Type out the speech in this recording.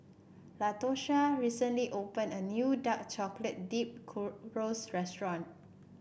Latosha recently opened a new Dark Chocolate Dip Churros restaurant